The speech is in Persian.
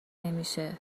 نمیشه